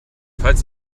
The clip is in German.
falls